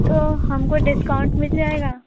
तो हमको डिस्काउंट मिल जाएगा